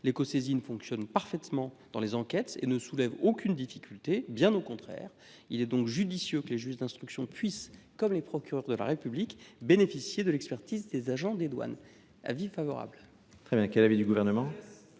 Les cosaisines fonctionnent parfaitement dans les enquêtes et ne soulèvent aucune difficulté, tant s’en faut. Il est donc judicieux que les juges d’instruction puissent, à l’instar des procureurs de la République, bénéficier de l’expertise des agents des douanes. C’est pourquoi